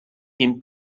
him